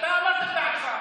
אתה אמרת את דעתך.